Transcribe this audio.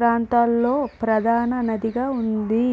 ప్రాంతంలో ప్రధాన నదిగా ఉంది